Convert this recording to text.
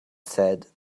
said